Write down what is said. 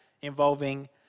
involving